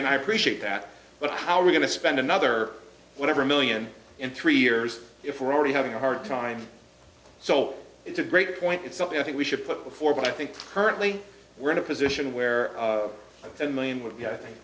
and i appreciate that but how are we going to spend another whatever million in three years if we're already having a hard time so it's a great point it's something i think we should put before but i think currently we're in a position where ten million would be i